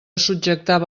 subjectava